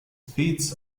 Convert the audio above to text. feats